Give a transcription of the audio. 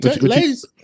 ladies